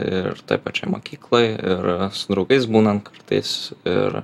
ir toj pačioj mokykloj ir su draugais būnant kartais ir